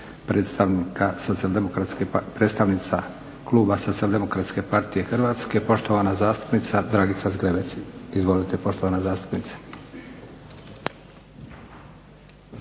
predstavnica Kluba Socijaldemokratske partije Hrvatske, poštovana zastupnica Dragica Zgrebec. Izvolite poštovana zastupnice.